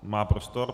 Má prostor.